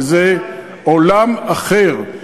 שזה עולם אחר.